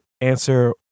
answer